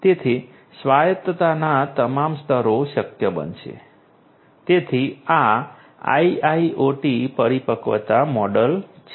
તેથી સ્વાયત્તતાના તમામ સ્તરો શક્ય બનશે તેથી આ IIoT પરિપક્વતા મોડેલ છે